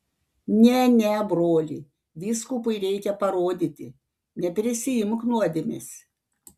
ne ne broli vyskupui reikia parodyti neprisiimk nuodėmės